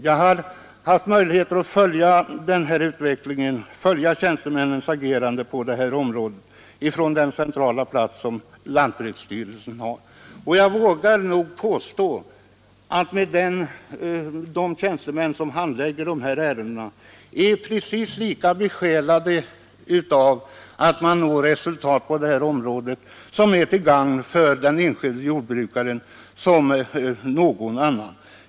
Jag har haft möjlighet att följa tjänstemännens agerande från den centrala plats som lantbruksstyrelsen är. Att de tjänstemän som handlägger dessa ärenden är precis lika besjälade som någon annan av en önskan att nå resultat som är till gagn för den enskilde jordbrukaren.